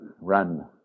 Run